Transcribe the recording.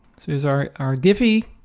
so these are our giphy.